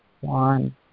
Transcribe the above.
one